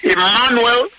Emmanuel